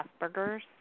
Asperger's